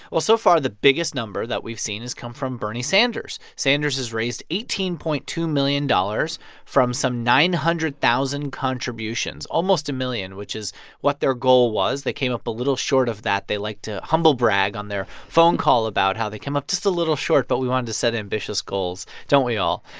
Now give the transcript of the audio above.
well, so far the biggest number that we've seen has come from bernie sanders. sanders has raised eighteen point two million dollars from some nine hundred thousand contributions, almost a million, which is what their goal was. they came up a little short of that. they like to humble brag on their phone call about how they came up just a little short, but we wanted to set ambitious goals. don't we all?